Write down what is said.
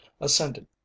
ascended